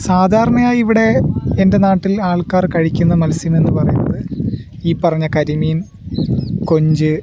സാധാരണയായി ഇവിടെ എൻ്റെ നാട്ടിൽ ആൾക്കാർ കഴിക്കുന്ന മത്സ്യം എന്നു പറയുന്നത് ഈ പറഞ്ഞ കരിമീൻ കൊഞ്ച്